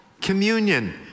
communion